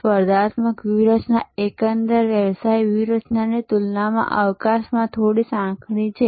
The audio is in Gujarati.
સ્પર્ધાત્મક વ્યૂહરચના એકંદર વ્યવસાય વ્યૂહરચનાની તુલનામાં અવકાશમાં થોડી સાંકડી છે